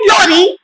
Lorry